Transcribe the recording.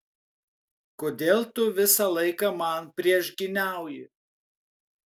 kodėl tu visą laiką man priešgyniauji